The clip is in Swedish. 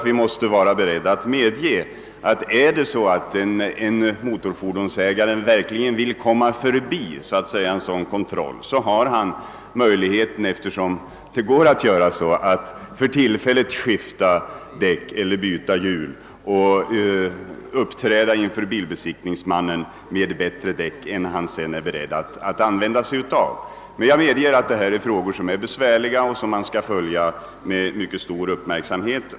Vi måste vara beredda att medge, att om en fordonsägare verkligen vill komma förbi kontrollen, så kan han för tillfället skifta däck eller byta hjul och uppträda inför besiktningsmannen med bättre däck än han sedan kommer att använda. Men jag medger att detta är besvärliga frågor, som man bör följa med mycket stor uppmärksamhet.